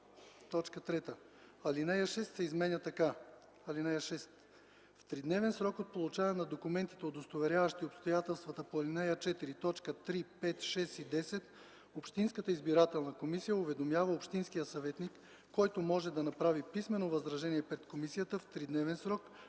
им.” 3. Алинея 6 се изменя така: „(6) В тридневен срок от получаване на документите, удостоверяващи обстоятелствата по ал. 4, т. 3, 5, 6 и 10 общинската избирателна комисия уведомява общинския съветник, който може да направи писмено възражение пред комисията в тридневен срок